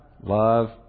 Love